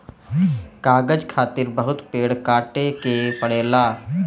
कागज खातिर बहुत पेड़ काटे के पड़ेला